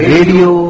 Radio